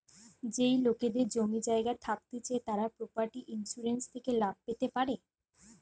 যেই লোকেদের জমি জায়গা থাকতিছে তারা প্রপার্টি ইন্সুরেন্স থেকে লাভ পেতে পারে